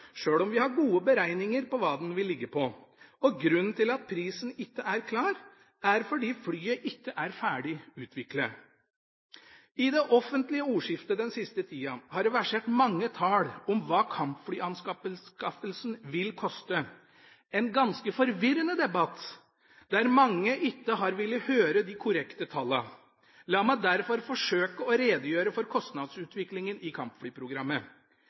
sjøl om vi har gode beregninger på hva den vil ligge på. Grunnen til at prisen ikke er klar, er at flyet ikke er ferdig utviklet. I det offentlige ordskiftet den siste tida har det versert mange tall om hva kampflyanskaffelsen vil koste – en ganske forvirrende debatt, der mange ikke har villet høre de korrekte tallene. La meg derfor forsøke å redegjøre for kostnadsutviklingen i kampflyprogrammet: